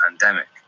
pandemic